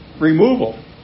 removal